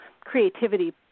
creativity